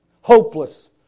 hopeless